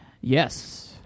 Yes